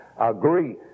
agree